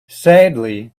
sadly